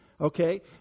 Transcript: okay